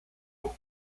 perú